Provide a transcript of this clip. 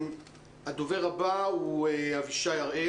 הדובר הבא הוא אבישי הראל